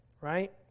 right